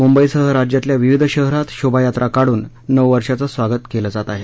मुंबईसह राज्यातल्या विविध शहरात शोभायात्रा काढून नववर्षाचं स्वागत केलं जात आहे